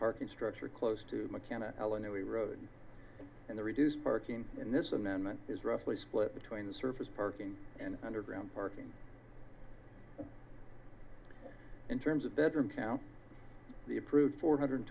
parking structure close to the cannon allen only road and the reduced parking in this amendment is roughly split between the surface parking and underground parking in terms of bedroom town the approved four hundred